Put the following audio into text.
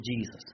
Jesus